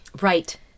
Right